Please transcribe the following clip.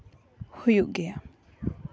ᱦᱩᱭᱩᱜ ᱜᱮᱭᱟ